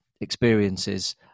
experiences